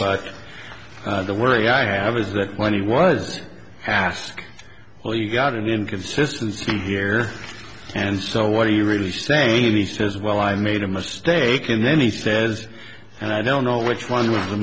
but the worry i have is that when he was asked well you've got an inconsistency here and so why are you really saying he says well i made a mistake and then he says and i don't know which one was